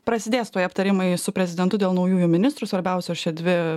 prasidės tuoj aptarimai su prezidentu dėl naujųjų ministrų svarbiausios čia dvi